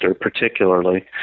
particularly